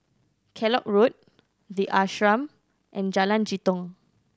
Kellock Road The Ashram and Jalan Jitong